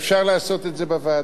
איזו ועדה?